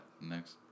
Next